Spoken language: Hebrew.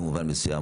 במובן מסוים,